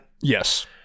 Yes